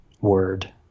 word